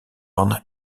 van